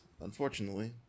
Unfortunately